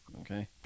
Okay